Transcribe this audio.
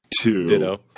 Two